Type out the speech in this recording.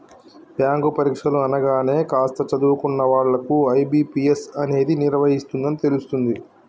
bank పరీక్షలు అనగానే కాస్త చదువుకున్న వాళ్ళకు ఐ.బీ.పీ.ఎస్ అనేది నిర్వహిస్తుందని తెలుస్తుంది